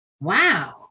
Wow